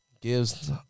Gives